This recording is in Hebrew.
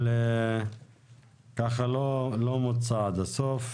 אבל הוא לא מוצה עד הסוף,